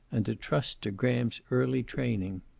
and to trust to graham's early training.